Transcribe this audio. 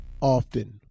often